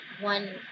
one